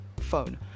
phone